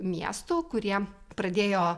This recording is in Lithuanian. miestų kurie pradėjo